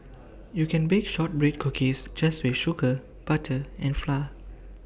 you can bake Shortbread Cookies just with sugar butter and flour